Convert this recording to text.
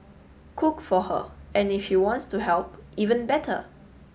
cook for her and if she wants to help even better